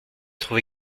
trouvé